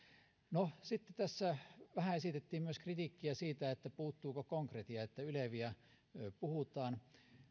no sitten vähän esitettiin myös kritiikkiä siitä että puuttuuko konkretia että yleviä puhutaan